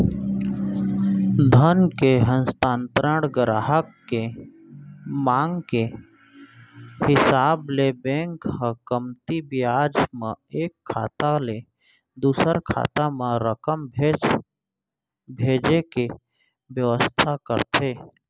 धन के हस्तांतरन गराहक के मांग के हिसाब ले बेंक ह कमती बियाज म एक खाता ले दूसर खाता म रकम भेजे के बेवस्था करथे